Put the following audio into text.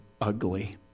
ugly